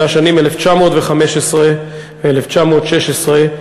בשנים 1915 ו-1916,